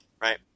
Right